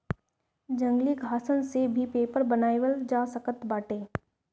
जंगली घासन से भी पेपर बनावल जा सकत बाटे